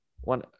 one